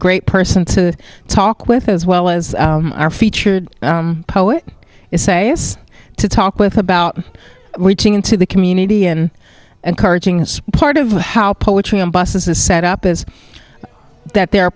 great person to talk with as well as our featured poet is a us to talk with about reaching into the community and encouraging part of how poetry on buses is set up is that there are